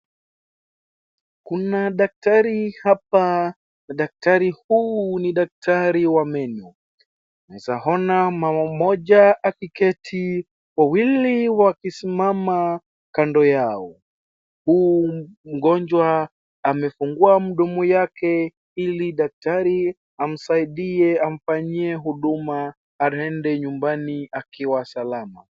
Kuna daktari hapa, daktari huu ni daktari wa meno, unaweza ona mama moja akiketi, wawili wakisimama, kando yao, huu mgonjwa amefungua mdomo yake ili daktari amsaidie amfanyie huduma aende nyumbani akiwa salama.